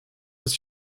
ist